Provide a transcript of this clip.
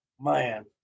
Man